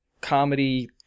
comedy